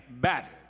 battered